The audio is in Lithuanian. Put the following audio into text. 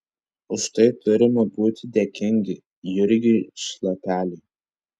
už tai turime būti dėkingi jurgiui šlapeliui